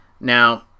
Now